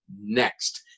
next